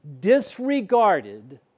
disregarded